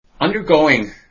Undergoing